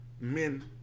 men